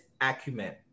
acumen